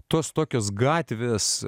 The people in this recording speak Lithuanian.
tos tokios gatvės